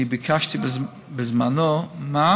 אני ביקשתי בזמנו, הטבק.